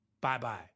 Bye-bye